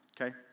okay